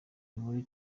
inkuru